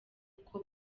kuko